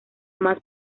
más